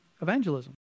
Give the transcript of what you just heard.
evangelism